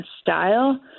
style